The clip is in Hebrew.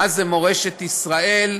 מה זה "מורשת ישראל"?